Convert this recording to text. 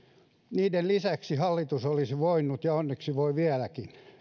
niiden lisäksi hallitus olisi voinut ja onneksi voi vieläkin